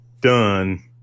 done